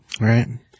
Right